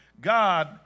God